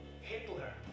hitler